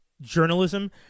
journalism